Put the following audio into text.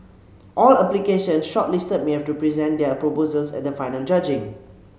all applications shortlisted may have to present their proposals at the final judging